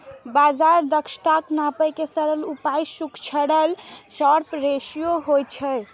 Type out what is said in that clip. बाजार दक्षताक नापै के सरल उपाय सुधरल शार्प रेसियो होइ छै